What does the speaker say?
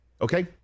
Okay